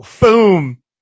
boom